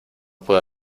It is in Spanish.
puedo